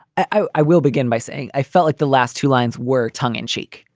i i will begin by saying i felt like the last two lines were tongue in cheek.